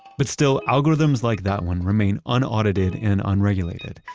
but still, algorithms like that one remain unaudited and unregulated.